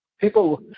people